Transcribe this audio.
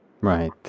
Right